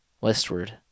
Westward